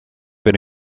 been